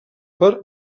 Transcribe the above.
per